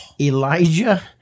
Elijah